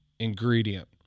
ingredient